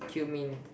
cumin